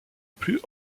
plus